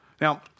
Now